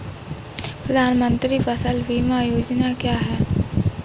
प्रधानमंत्री फसल बीमा योजना क्या है?